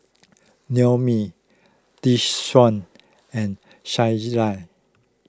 Naomi Desean and Shayla